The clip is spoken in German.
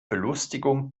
belustigung